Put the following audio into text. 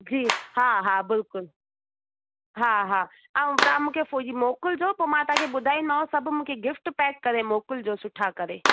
जी हा हा बिल्कुलु हा हा ऐं तव्हां मूंखे फ़ो मोकिलिजो त पोइ मां तव्हांखे ॿुधाईंदीमांव सभु मूंखे गिफ़्ट पेक करे मोकिलिजो सुठा करे